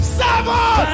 seven